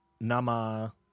nama